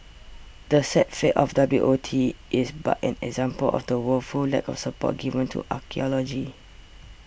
the sad fate of W O T is but an example of the woeful lack of support given to archaeology